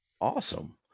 Awesome